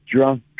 drunk